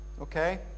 okay